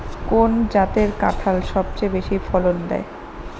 কোন জাতের কাঁঠাল সবচেয়ে বেশি ফলন দেয়?